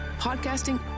podcasting